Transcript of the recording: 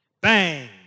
bang